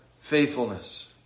faithfulness